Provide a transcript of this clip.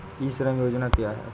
ई श्रम योजना क्या है?